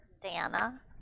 Dana